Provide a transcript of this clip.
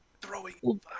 Throwing